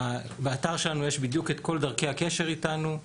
באתר שלנו יש בדיוק את כל דרכי הקשר איתנו.